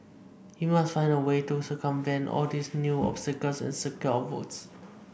we must find a way to circumvent all these new obstacles and secure our votes